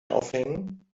aufhängen